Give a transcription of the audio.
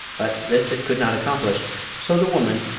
but this it could not accomplish so the woman,